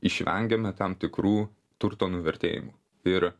išvengiame tam tikrų turto nuvertėjimų ir